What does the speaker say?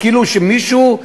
כאילו מישהו,